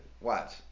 Watch